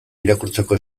irakurtzeko